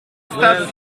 stub